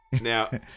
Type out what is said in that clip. Now